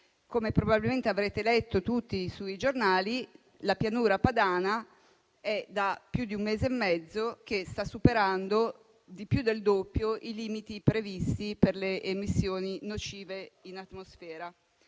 Come probabilmente avrete letto tutti sui giornali, la Pianura Padana, da più di un mese e mezzo, sta superando di più del doppio i limiti previsti per le emissioni nocive in atmosfera.